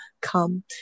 come